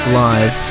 live